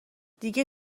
دیگه